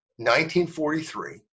1943